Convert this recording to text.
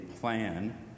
plan